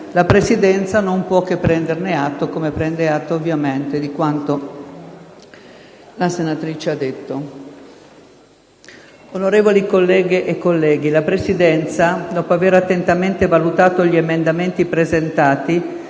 la Presidenza non può che prendere atto, come prende atto, ovviamente, di quanto affermato dalla senatrice Lanzillotta. Onorevoli colleghe e colleghi, la Presidenza, dopo aver attentamente valutato gli emendamenti presentati,